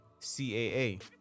CAA